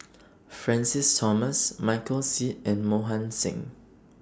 Francis Thomas Michael Seet and Mohan Singh